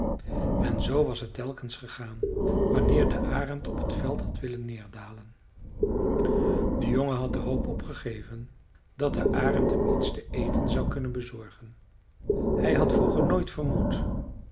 en zoo was het telkens gegaan wanneer de arend op t veld had willen neerdalen de jongen had de hoop opgegeven dat de arend hem iets te eten zou kunnen bezorgen hij had vroeger nooit vermoed